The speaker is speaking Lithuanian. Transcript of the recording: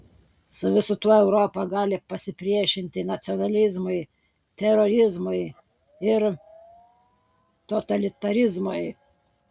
su visu tuo europa gali pasipriešinti nacionalizmui terorizmui ir totalitarizmui